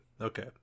Okay